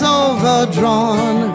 overdrawn